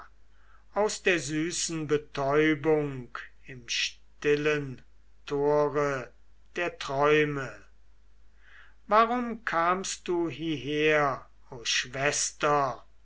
aus der süßen betäubung im stillen tore der träume warum kamst du hierher o schwester